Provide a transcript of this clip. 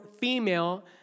female